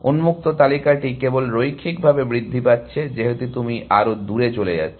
উন্মুক্ত তালিকাটি কেবল রৈখিকভাবে বৃদ্ধি পাচ্ছে যেহেতু তুমি আরও দূরে চলে যাচ্ছ